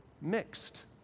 mixed